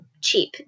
cheap